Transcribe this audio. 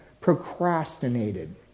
procrastinated